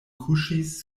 kuŝis